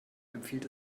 empfiehlt